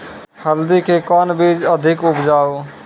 हल्दी के कौन बीज अधिक उपजाऊ?